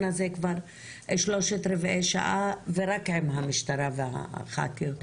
הזה כבר שלושת רבעי שעה ורק עם המשטרה והח"כיות.